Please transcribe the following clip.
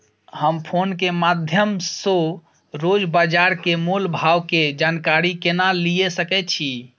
हम फोन के माध्यम सो रोज बाजार के मोल भाव के जानकारी केना लिए सके छी?